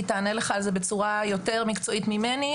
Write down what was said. היא תענה לך על זה בצורה יותר מקצועית ממני.